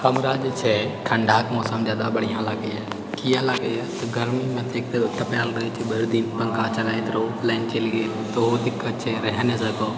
हमरा जे छै ठण्डाके मौसम जादा बढ़िआँ लागैए किआ लागैए तऽ गर्मीमे एक तऽ तपाएल रहैत छै भरि दिन पङ्खा चलाएत रहू लाइन चलि गेल तऽ ओहो दिक्कत छै